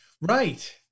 Right